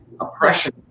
Oppression